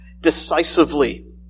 decisively